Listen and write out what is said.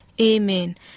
Amen